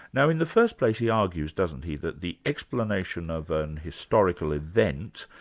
now in the first place he argues doesn't he, that the explanation of an historical event,